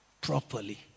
properly